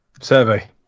survey